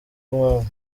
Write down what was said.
umwami